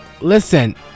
listen